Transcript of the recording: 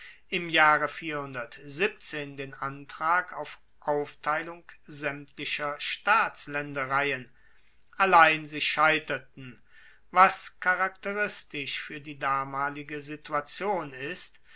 im jahre den antrag auf aufteilung saemtlicher staatslaendereien allein sie scheiterten was charakteristisch fuer die damalige situation ist